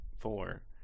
four